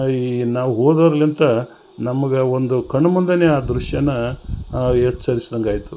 ಈ ನಾವು ಓದವರ್ಲಿಂತ ನಮಗೆ ಒಂದು ಕಣ್ಣು ಮುಂದೇ ಆ ದೃಶ್ಯ ಎಚ್ಚರಿಸ್ದಂಗೆ ಆಯಿತು